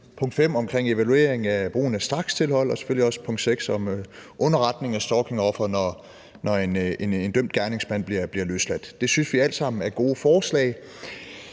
punkt 5 om evaluering af brugen af strakstilhold og selvfølgelig også punkt 6 om underretning af stalkingofre, når en dømt gerningsmand bliver løsladt. Det synes vi alt sammen er gode forslag.